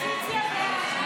הסתייגות 23